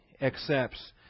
accepts